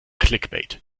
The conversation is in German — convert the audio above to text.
clickbait